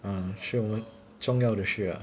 um 是 meh 重要的事 ah